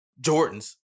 Jordans